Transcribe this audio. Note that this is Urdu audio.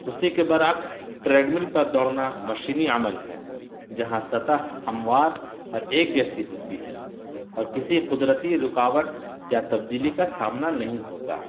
اسی کے برعکس ٹریڈ مل پر دوڑنا مشینی عمل ہے جہاں سطح ہموار اور ایک جیسی ہوتی ہے اور کسی قدرتی رکاوٹ یا تبدیلی کا سامنا نہیں ہوتا